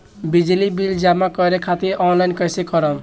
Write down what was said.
बिजली बिल जमा करे खातिर आनलाइन कइसे करम?